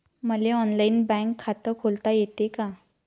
मले online bank खात खोलता येते का?